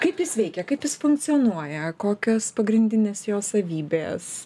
kaip jis veikia kaip jis funkcionuoja kokios pagrindinės jo savybės